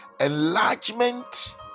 enlargement